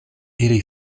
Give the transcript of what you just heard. ili